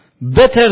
better